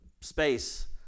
space